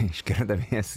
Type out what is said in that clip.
iš kernavės